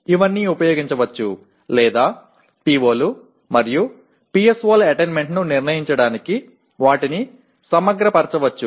ఇవన్నీ ఉపయోగించవచ్చు లేదా POలు మరియు PSOల అటైన్మెంట్ను నిర్ణయించడానికి వాటిని సమగ్రపరచవచ్చు